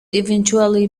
eventually